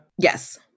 Yes